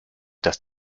dass